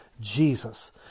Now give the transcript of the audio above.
jesus